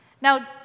Now